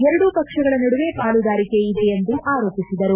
ಎರಡೂ ಪಕ್ಷಗಳ ನಡುವೆ ಪಾಲುದಾರಿಕೆ ಇದೆ ಎಂದು ಆರೋಪಿಸಿದರು